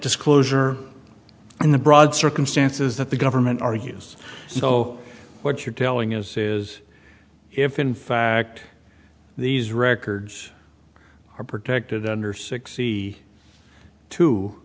disclosure in the broad circumstances that the government argues so what you're telling us is if in fact these records are protected under sixty two